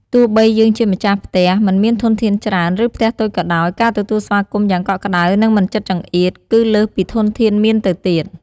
ទោះបីយើងជាម្ចាស់ផ្ទះមិនមានធនធានច្រើន ឬផ្ទះតូចក៏ដោយ ការទទួលស្វាគមន៍យ៉ាងកក់ក្ដៅ និងមិនចិត្តចង្អៀត គឺលើសពីធនធានមានទៅទៀត។